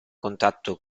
contatto